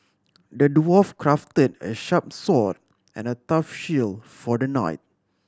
the dwarf crafted a sharp sword and a tough shield for the knight